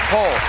Poll